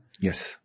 Yes